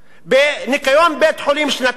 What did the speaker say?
בניקיון בית-חולים, שנתיים,